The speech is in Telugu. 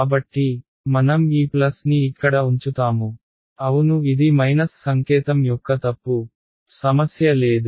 కాబట్టి మనం ఈ ప్లస్ని ఇక్కడ ఉంచుతాము అవును ఇది మైనస్ సంకేతం యొక్క తప్పు సమస్య లేదు